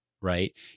right